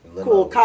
cool